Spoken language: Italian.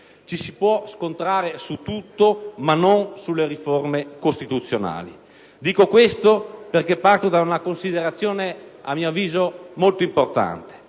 Ci si può scontrare su tutto, ma non sulle riforme costituzionali. Dico questo perché parto da una considerazione a mio avviso molto importante: